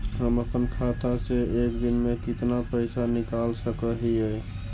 हम अपन खाता से एक दिन में कितना पैसा निकाल सक हिय?